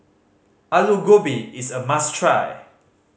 Alu Gobi is a must try